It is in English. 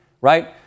right